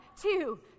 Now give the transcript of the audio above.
two